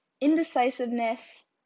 indecisiveness